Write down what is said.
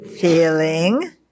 feeling